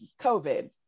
COVID